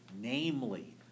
namely